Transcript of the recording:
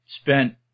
spent